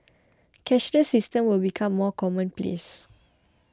cashless systems will become more commonplace